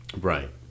Right